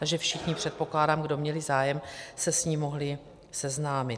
Takže všichni, předpokládám, kdo měli zájem, se s ní mohli seznámit.